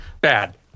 bad